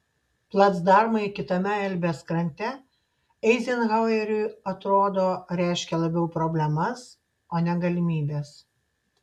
placdarmai kitame elbės krante eizenhaueriui atrodo reiškė labiau problemas o ne galimybes